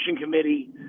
committee